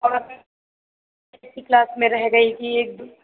अग हम किसी क्लास में रह गई कि एक